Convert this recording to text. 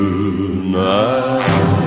Tonight